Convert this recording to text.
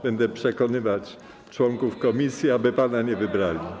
Będę przekonywać członków komisji, aby pana nie wybrali.